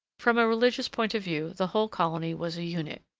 from a religious point of view the whole colony was a unit.